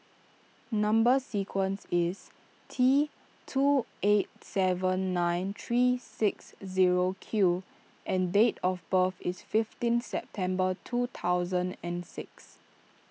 Number Sequence is T two eight seven nine three six zero Q and date of birth is fifteen September two thousand and six